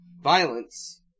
Violence